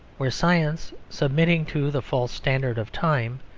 where science, submitting to the false standard of time,